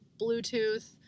Bluetooth